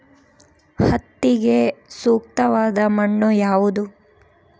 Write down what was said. ಹತ್ತಿಗೆ ಸೂಕ್ತವಾದ ಮಣ್ಣು ಯಾವುದು?